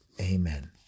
Amen